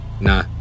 Nah